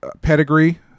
pedigree